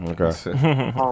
Okay